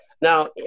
Now